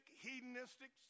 hedonistic